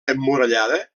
emmurallada